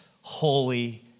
holy